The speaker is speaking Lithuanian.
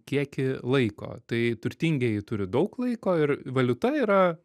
kiekį laiko tai turtingieji turi daug laiko ir valiuta yra